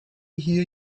hier